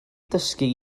dysgu